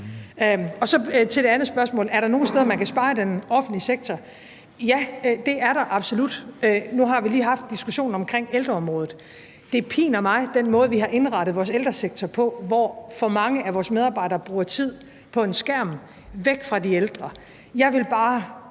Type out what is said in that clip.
Så til det andet spørgsmål: Er der nogen steder, man kan spare i den offentlige sektor? Ja, det er der absolut. Nu har vi lige haft diskussionen om ældreområdet. Det piner mig med den måde, vi har indrettet vores ældresektor på, hvor for mange af vores medarbejdere bruger tid på en skærm væk fra de ældre. Jeg vil bare,